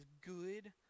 good